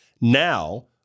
Now